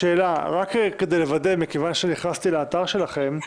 רק כדי לוודא מכיוון שנכנסתי לאתר שלכם.